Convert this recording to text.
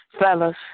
fellas